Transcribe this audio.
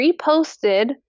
reposted